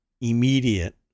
immediate